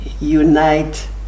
unite